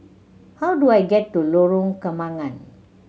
how do I get to Lorong Kembagan